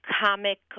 comic